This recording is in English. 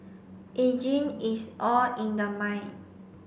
ageing is all in the mind